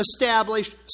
established